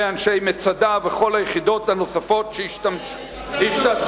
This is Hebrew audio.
אנשי "מצדה" וכל היחידות הנוספות שהשתתפו,